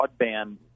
broadband